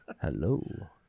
Hello